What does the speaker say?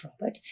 Robert